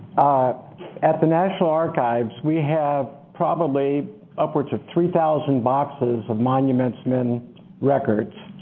at the national archives, we have probably upwards of three thousand boxes of monuments men records